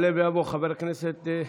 רק הצבעה.